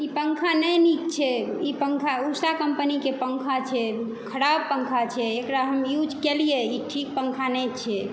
ई पंखा नहि नीक छै ई पंखा उषा कम्पनीके पंखा छै ख़राब पंखा छै एकरा हम यूज़ केलियै ई ठीक पंखा नहि छै